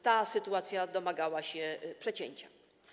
Ta sytuacja domagała się przecięcia.